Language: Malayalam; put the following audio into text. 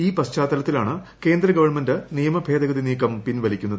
ഈ പശ്ചാത്തലത്തിലാണ് കേന്ദ്ര ഗവൺമെന്റ് നിയമഭേദഗതി നീക്കം പിൻവലിക്കുന്നത്